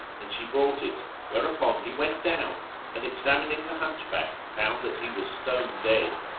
and she brought it, whereupon he went down and examining the hunchback found that he was stone dead.